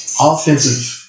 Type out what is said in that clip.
offensive